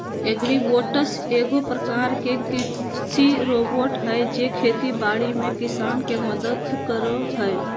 agribots एगो प्रकार के कृषि रोबोट हय जे खेती बाड़ी में किसान के मदद करो हय